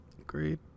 Agreed